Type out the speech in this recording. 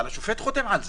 אבל השופט חותם על זה.